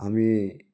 আমি